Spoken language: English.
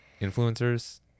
influencers